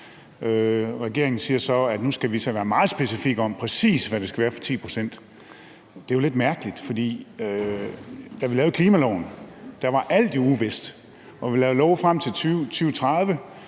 Regeringen siger så, at nu skal vi til at være meget specifikke om, præcis hvad det skal være for 10 pct. Det er jo lidt mærkeligt, for da vi lavede klimaloven, var alt jo uvist. Vi lavede love frem til 2030,